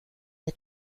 der